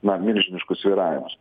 na milžiniškus svyravimus